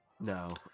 No